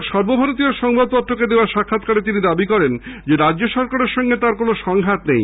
এক সর্বভারতীয় সংবাদপত্রকে দেওয়া স্বাক্ষাৎকারে গতকাল তিনি দাবি করেন রাজ্য সরকারের সঙ্গে তার কোনও সংঘাত নেই